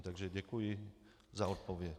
Takže děkuji za odpověď.